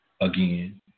again